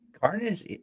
Carnage